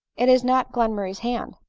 it is not glenmurray's hand,